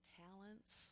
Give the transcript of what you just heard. talents